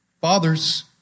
fathers